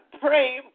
pray